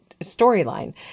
storyline